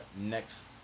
next